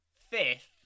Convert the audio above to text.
fifth